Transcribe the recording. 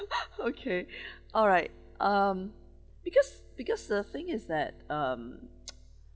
okay all right um because because the thing is that um